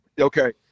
Okay